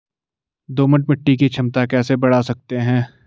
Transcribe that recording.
दोमट मिट्टी की क्षमता कैसे बड़ा सकते हैं?